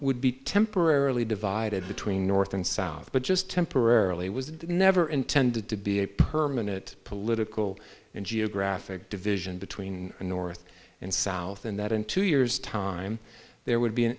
would be temporarily divided between north and south but just temporarily was never intended to be a permanent political and geographic division between north and south and that in two years time there would be an